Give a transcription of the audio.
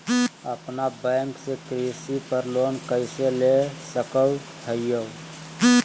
अपना बैंक से कृषि पर लोन कैसे ले सकअ हियई?